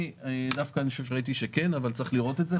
אני חושב שראיתי שכן, אבל צריך לראות את זה.